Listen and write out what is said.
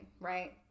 right